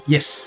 Yes